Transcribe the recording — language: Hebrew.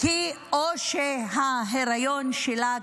כי או שההיריון שלה,